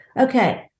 Okay